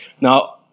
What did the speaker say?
Now